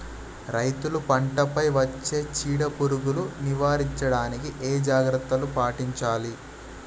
రైతులు పంట పై వచ్చే చీడ పురుగులు నివారించడానికి ఏ జాగ్రత్తలు పాటించాలి?